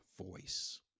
voice